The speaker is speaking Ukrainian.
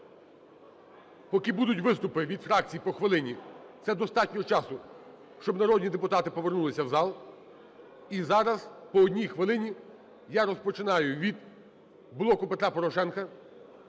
поки будуть виступи від фракцій по хвилині, це достатньо часу, щоб народні депутати повернулися в зал. І зараз по одній хвилині. Я розпочинаю від "Блоку Петра Порошенка".